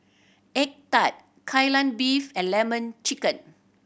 egg tart Kai Lan Beef and Lemon Chicken